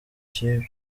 kipe